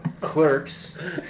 Clerks